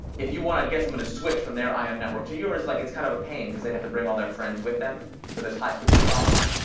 if you wanna get someone to switch from their im um network to yours, like it's kind of a pain cause they'd have to bring all their friends with them. so there's high switching costs.